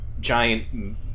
giant